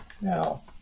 Now